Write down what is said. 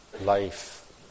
life